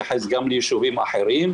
זה מתייחס גם ליישובים אחרים,